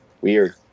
weird